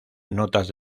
notas